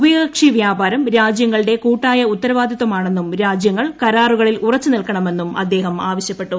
ഉഭയകക്ഷിവ്യാപാരം രാജ്യങ്ങളുടെ കൂട്ടായ ഉത്തരവാദിത്വമാണെന്നും രാജ്യങ്ങൾ കരാറുകളിൽ ഉറച്ച് നിൽക്കണമെന്നും അദ്ദേഹം പറഞ്ഞു